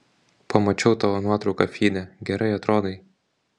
pamačiau tavo nuotrauką fyde gerai atrodai